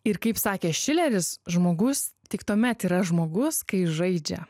ir kaip sakė šileris žmogus tik tuomet yra žmogus kai žaidžia